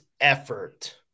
effort